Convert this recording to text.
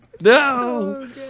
no